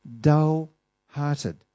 dull-hearted